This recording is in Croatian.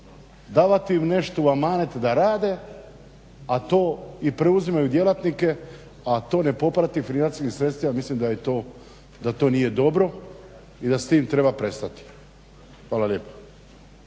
Davati im nešto u amanet da rade, a to i preuzimaju djelatnike, a to ne poprati financijskim sredstvima mislim da to nije dobro i da s tim treba prestati. Hvala lijepa.